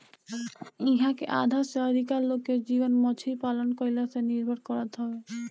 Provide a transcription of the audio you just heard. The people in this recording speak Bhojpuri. इहां के आधा से अधिका लोग के जीवन मछरी पालन कईला पे निर्भर करत हवे